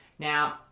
Now